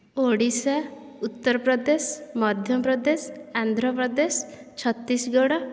Odisha Uttar Pradesh Madhya Pradesh Andhra Pradesh Chhattisgarh